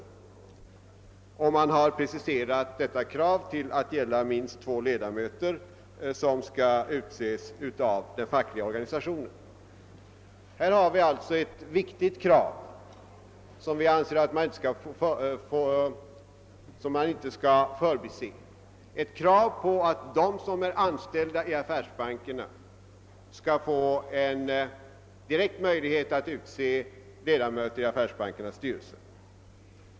Man har preciserat detta krav till att gälla minst två ledamöter som skall utses av den fackliga organisationen. Här har vi alltså ett viktigt krav som vi anser inte bör förbises, ett krav på att de som är anställda i affärsbankerna skall få en direkt möjlighet att utse ledamöter i affärsbankernas styrelser.